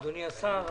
אדוני השר,